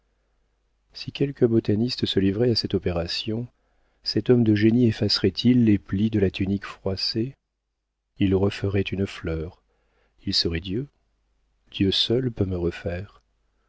si quelque botaniste se livrait à cette opération cet homme de génie effacerait il les plis de la tunique froissée il referait une fleur il serait dieu dieu seul peut me refaire